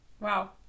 wow